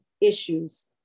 issues